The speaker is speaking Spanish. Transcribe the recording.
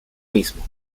mismo